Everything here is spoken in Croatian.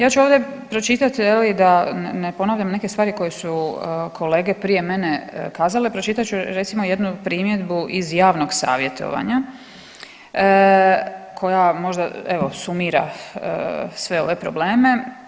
Ja ću ovdje pročitati da ne ponavljam neke stvari koje su kolege prije mene kazale, pročitat ću recimo jednu primjedbu iz javnog savjetovanja koja možda evo sumira sve ove probleme.